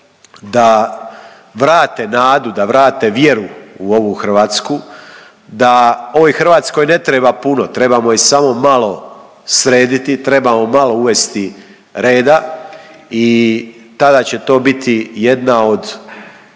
da vrate nadu, da vrate vjeru u ovu Hrvatsku, da ovoj Hrvatskoj ne treba puno trebamo ju samo malo srediti, trebamo malo uvesti reda i tada će to biti jedna od